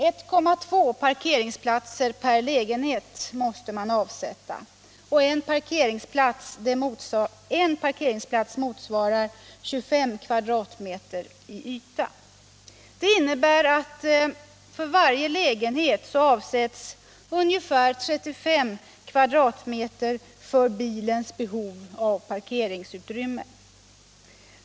1,2 parkeringsplatser per lägenhet måste man avsätta. En parkeringsplats motsvarar 25 m? i yta. Det innebär att för varje lägenhet avsätts ca 35 m? för bilens behov av parkeringsutrymme.